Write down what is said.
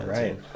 right